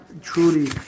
truly